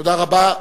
תודה רבה.